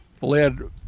led